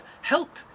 help